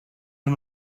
and